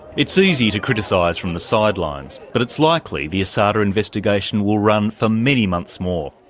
it's easy to criticise from the sidelines, but it's likely the asada investigation will run for many months more.